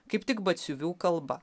kaip tik batsiuvių kalba